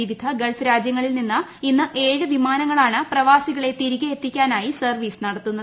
വിവിധ ഗൾഫ് രാജ്യങ്ങളിൽ നിന്ന് ഇന്ന് ഏഴ് വിമാനങ്ങളാണ് പ്രവാസികളെ തിരികെ എത്തിക്കാനായി സർവ്വീസ് നടത്തുന്നത്